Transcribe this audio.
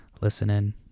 listening